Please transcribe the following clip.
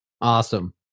Awesome